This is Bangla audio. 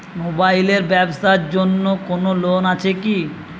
মোবাইল এর ব্যাবসার জন্য কোন লোন আছে কি?